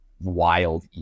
wild